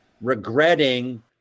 regretting